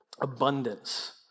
abundance